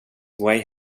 way